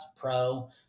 pro